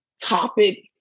topic